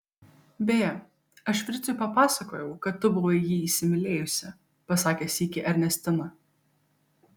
beje aš fricui papasakojau kad tu buvai jį įsimylėjusi pasakė sykį ernestina